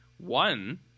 One